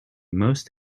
most